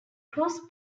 cross